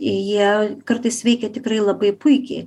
jie kartais veikia tikrai labai puikiai